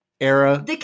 era